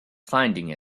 finding